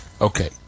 Okay